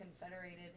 confederated